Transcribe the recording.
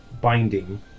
binding